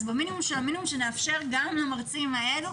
במינימום של המינימום שנאפשר גם למרצים האלה,